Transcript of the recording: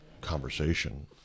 conversation